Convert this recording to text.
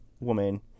woman